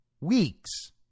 weeks